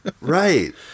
right